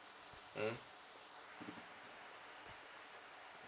mm